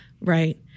Right